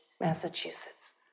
Massachusetts